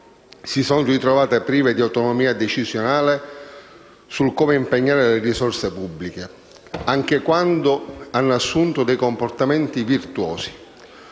grazie.